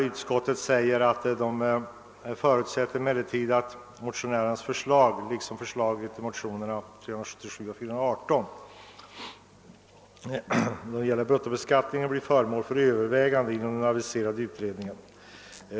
Utskottet förutsätter att dessa motioner liksom förslaget i motionerna I:377 och II:418 1 fråga om bruttobeskattning blir föremål för övervägande inom den aviserade utredningen.